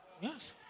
Yes